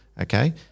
okay